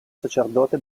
sacerdote